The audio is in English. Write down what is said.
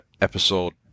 Episode